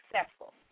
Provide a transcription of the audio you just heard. successful